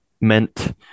meant